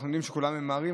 אנחנו יודעים שכולם ממהרים,